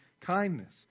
kindness